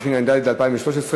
התשע"ד 2013,